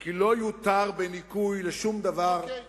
כי לא יותר בניכוי לשום דבר, אוקיי.